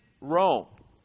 Rome